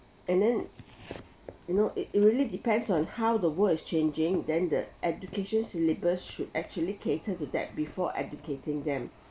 and then you know it it really depends on how the world is changing then the education syllabus should actually cater to that before educating them